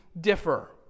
differ